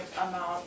amount